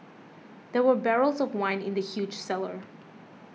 there were barrels of wine in the huge cellar